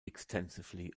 extensively